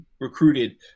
recruited